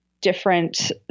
different